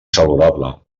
saludable